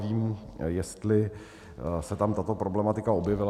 Nevím, jestli se tam tato problematika objevila.